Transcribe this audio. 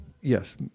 Yes